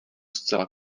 zcela